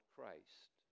Christ